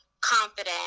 confident